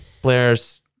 players